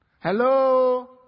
Hello